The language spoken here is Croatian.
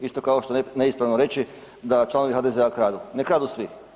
Isto kao što je neispravno reći da članovi HDZ-a kradu, ne kradu svi.